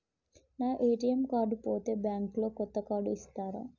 నా ATM card పోతే bank లో కొత్త కార్డు ఇస్తరా?